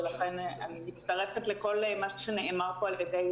ולכן אני מצטרפת לכל מה שנאמר פה על ידי